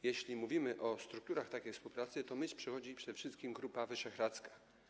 Jeśli mówimy o strukturach takiej współpracy, to na myśl przychodzi przede wszystkim Grupa Wyszehradzka.